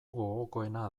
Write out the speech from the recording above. gogokoena